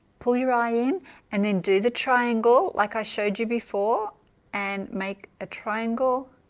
pull your eye in and then do the triangle like i showed you before and make a triangle